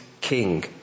king